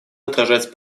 отражать